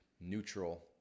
neutral